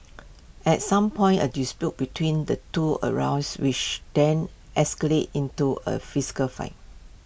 at some point A dispute between the two arose which then escalated into A physical fight